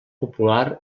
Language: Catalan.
popular